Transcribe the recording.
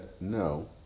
No